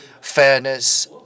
fairness